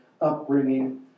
upbringing